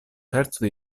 terzo